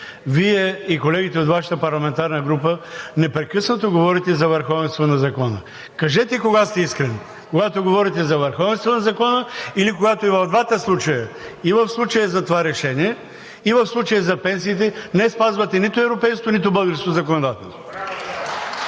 Вие и колегите от Вашата парламентарна група непрекъснато говорите за върховенство на закона. Кажете кога сте искрени: когато говорите за върховенство на закона или когато и в двата случая – и в случая за това решение, и в случая за пенсиите, не спазвате нито европейското, нито българското законодателство?